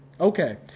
Okay